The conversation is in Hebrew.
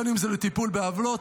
אם זה לטיפול בעוולות,